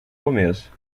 começo